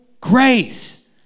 grace